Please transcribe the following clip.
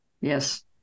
Yes